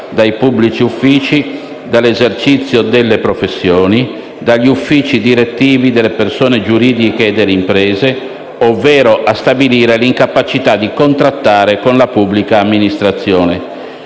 dai pubblici uffici, dall'esercizio delle professioni, dagli uffici direttivi delle persone giuridiche e delle imprese ovvero a stabilire l'incapacità di contrattare con la pubblica amministrazione;